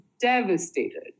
devastated